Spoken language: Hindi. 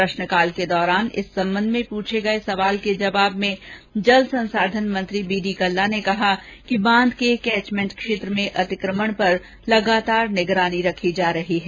प्रश्नकाल के दौरान इस संबंध में पुछे गए सवाल के जवाब में जल संसाधन मंत्री बी डी कल्ला ने कहा कि बांध के कैचमेंट क्षेत्र में अतिक्रमण पर लगातार निगरानी की जा रही है